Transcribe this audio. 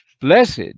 blessed